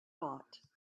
bought